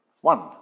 One